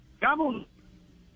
vamos